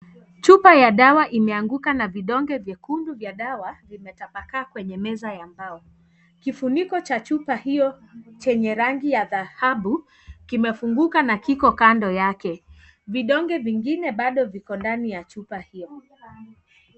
Chupa ya dawa imeanguka na vidonge vyekundu vya dawa vimetapakaa kwenye meza ya dawa, kifuniko cha chupa hiyo yenye rangi ya dhahabu kimefunguka na kiko kando yake, vidonge vingine bado viko ndani ya chupa hiyo.